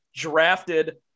Drafted